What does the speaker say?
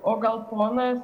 o gal ponas